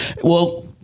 Well-